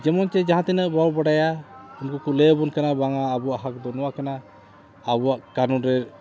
ᱡᱮᱢᱚᱱ ᱪᱮᱫ ᱡᱟᱦᱟᱸ ᱛᱤᱱᱟᱹᱜ ᱵᱚᱱ ᱵᱟᱰᱟᱭᱟ ᱩᱱᱠᱩ ᱠᱚ ᱞᱟᱹᱭᱟᱵᱚᱱ ᱠᱟᱱᱟ ᱵᱟᱝᱟ ᱟᱵᱚᱣᱟᱜ ᱦᱚᱜ ᱫᱚ ᱱᱚᱣᱟ ᱠᱟᱱᱟ ᱟᱵᱚᱣᱟᱜ ᱠᱟᱹᱱᱩᱱᱨᱮ